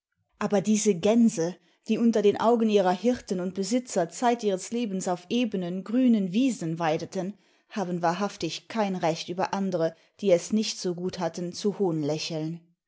aber diese gänse die imter den augen ihrer hirten und besitzer zeit ihres lebens auf ebenen grünen wiesen weideten haben wahrhaftig kein recht über andere die es nicht so gut hatten zu hohnlächeln